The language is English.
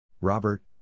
Robert